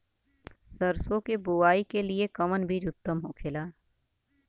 सरसो के बुआई के लिए कवन बिज उत्तम होखेला?